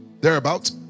thereabouts